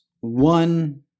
One